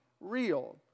real